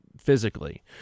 physically